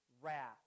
Wrath